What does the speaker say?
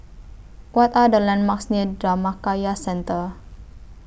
What Are The landmarks near Dhammakaya Centre